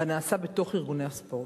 בנעשה בתוך ארגוני הספורט.